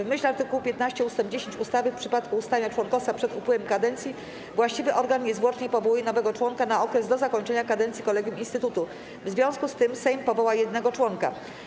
W myśl art. 15 ust. 10 ustawy w przypadku ustania członkostwa przed upływem kadencji właściwy organ niezwłocznie powołuje nowego członka na okres do zakończenia kadencji kolegium instytutu - w związku z tym Sejm powoła jednego członka.